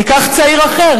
ניקח צעיר אחר,